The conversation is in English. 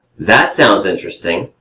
that sounds interesting.